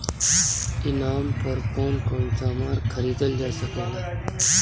ई नाम पर कौन कौन समान खरीदल जा सकेला?